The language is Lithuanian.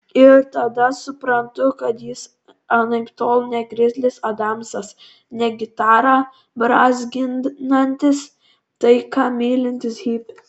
ir tada suprantu kad jis anaiptol ne grizlis adamsas ne gitarą brązginantis taiką mylintis hipis